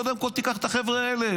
קודם כול תיקח את החבר'ה האלה,